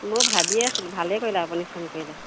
মই ভাবিয়ে আছিলোঁ ভালেই কৰিলে আপুনি ফোন কৰিলে